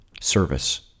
service